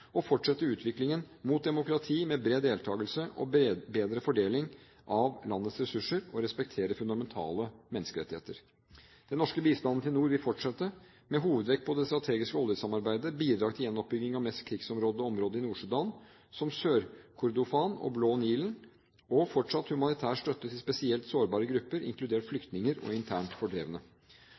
fortsette utviklingen mot demokrati – med bred deltakelse og bedre fordeling av landets ressurser – og respektere fundamentale menneskerettigheter. Den norske bistanden til nord vil fortsette, med hovedvekt på det strategiske oljesamarbeidet, bidrag til gjenoppbygging i de mest krigsrammede områdene i Nord-Sudan, som Sør-Kordofan og Blå Nil, og fortsatt humanitær støtte til spesielt sårbare grupper, inkludert flyktninger og internt fordrevne.